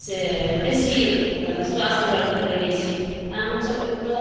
से बेसी स्वास्थ्यवर्द्धक रहै छै तैं हम सभ अखनो